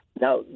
Now